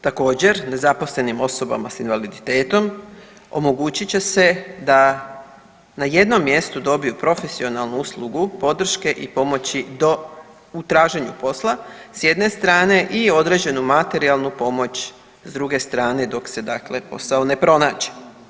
Također nezaposlenim osobama sa invaliditetom omogućit će se da na jednom mjestu dobiju profesionalnu uslugu podrške i pomoći u traženju posla s jedne strane i određenu materijalnu pomoć s druge strane dok se, dakle posao ne pronađe.